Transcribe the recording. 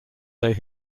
they